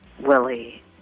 Willie